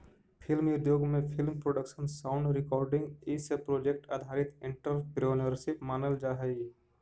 film उद्योग में film production sound recording इ सब प्रोजेक्ट आधारित एंटरप्रेन्योरशिप मानल जा हई